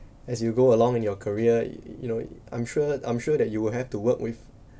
as you go along in your career y~ you know I'm sure I'm sure that you will have to work with